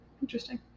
Interesting